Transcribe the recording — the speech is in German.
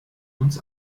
uns